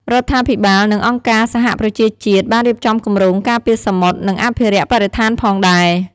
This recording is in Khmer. រដ្ឋាភិបាល និងអង្គការសហប្រជាជាតិបានរៀបចំគម្រោងការពារសមុទ្រ និងអភិរក្សបរិស្ថានផងដែរ។